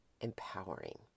empowering